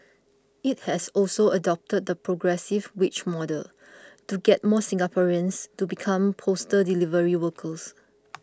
it has also adopted the progressive wage model to get more Singaporeans to become postal delivery workers